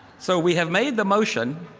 so we have made the motion.